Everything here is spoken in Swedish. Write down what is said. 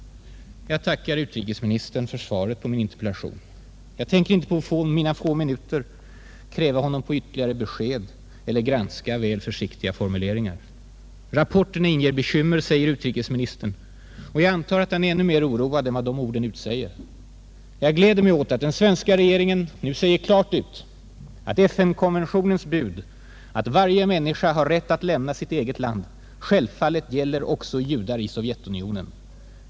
Jag tackar utrikesministern för svaret pä min interpellation. Jag tänker inte nu på mina få minuter kräva honom på ytterligare besked eller granska väl försiktiga formuleringar. Rapporterna ”inger bekymmer”, säger utrikesministern, och jag antar att han är ännu mer oroad än de orden utvisar. Jag gläder mig åt att den svenska regeringen nu säger klart ut att FN-konventionens bud att varje människa har rätt att lämna sitt eget land ”självfallet gillar också judar i Sovjetunionen”.